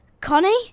Connie